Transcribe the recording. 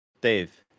Dave